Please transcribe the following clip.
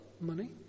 money